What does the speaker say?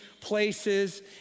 places